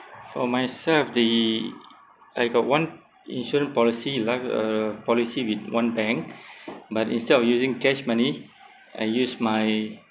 for myself the I got one insurance policy life uh policy with one bank but instead of using cash money I use my